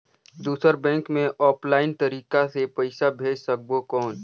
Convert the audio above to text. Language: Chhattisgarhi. दुसर बैंक मे ऑफलाइन तरीका से पइसा भेज सकबो कौन?